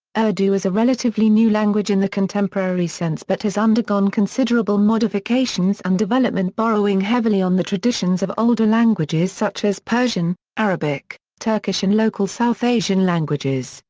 urdu is a relatively new language in the contemporary sense but has undergone considerable modifications and development borrowing heavily on the traditions of older languages such as persian, arabic, turkish and local south asian languages,